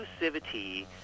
exclusivity